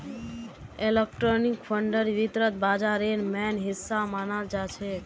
equity फंडक वित्त बाजारेर मेन हिस्सा मनाल जाछेक